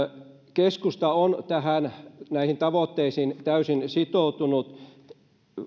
keskusta on näihin tavoitteisiin täysin sitoutunut